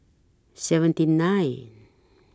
seventy nine